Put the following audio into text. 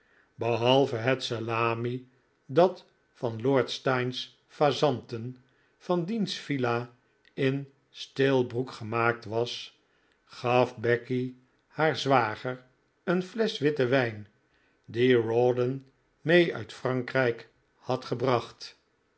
behalve het salmi dat van lord steyne's fazanten van diens villa in stillbrook gemaakt was gaf becky haar zwager een flesch witten wijn die rawdon mee uit frankrijk had gebracht